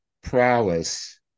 prowess